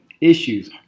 issues